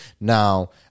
Now